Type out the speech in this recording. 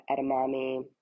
edamame